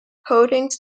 coatings